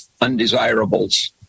undesirables